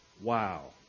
wow